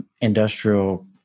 industrial